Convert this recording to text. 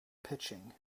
pitching